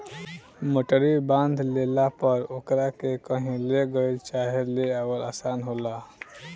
मोटरी बांध लेला पर ओकरा के कही ले गईल चाहे ले आवल आसान होला